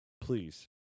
please